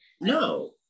no